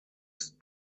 ist